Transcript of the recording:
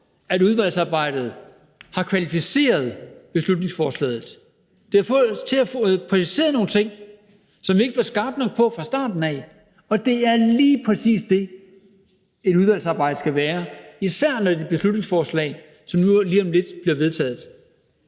at udvalgsarbejdet har kvalificeret beslutningsforslaget. Det har fået os til at præcisere nogle ting, som vi ikke var skarpe nok på fra starten, og det er lige præcis sådan, et udvalgsarbejde skal være – især når det er et beslutningsforslag, som lige om lidt bliver vedtaget.